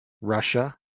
Russia